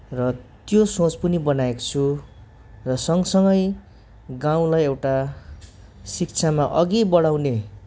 र त्यो सोच पनि बनाएको छु र सँगसँगै गाउँलाई एउटा शिक्षामा अघि बढाउने